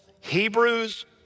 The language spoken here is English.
Hebrews